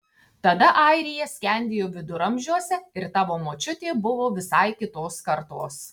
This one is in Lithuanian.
tada airija skendėjo viduramžiuose ir tavo močiutė buvo visai kitos kartos